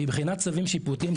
מבחינת צווים שיפוטיים,